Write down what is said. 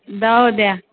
दहो दै